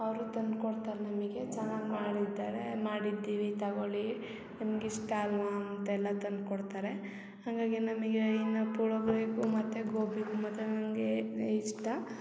ಅವರು ತಂದ್ಕೊಡ್ತಾರೆ ನಮಗೆ ಚೆನ್ನಾಗಿ ಮಾಡಿದ್ದಾರೆ ಮಾಡಿದ್ದೀವಿ ತಗೋಳ್ಳಿ ನಿಮ್ಗೆ ಇಷ್ಟ ಅಲ್ಲವಾ ಅಂತೆಲ್ಲ ತಂದ್ಕೊಡ್ತಾರೆ ಹಾಗಾಗಿ ನಮಗೆ ಇನ್ನು ಪುಳ್ಯೋಗ್ರೆಗೂ ಮತ್ತು ಗೋಬಿಗು ಮತ್ತು ನನಗೆ ಅದೇ ಇಷ್ಟ